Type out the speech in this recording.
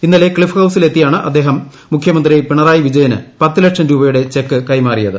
ഇന്നലെ ക്ളിഫ് ഹൌസിലെത്തിയാണ് അദ്ദേഹം മുഖ്യമന്ത്രി പിണറായി വിജയന് പത്തു ലക്ഷം രൂപയുടെ ചെക്ക് കൈമാറിയത്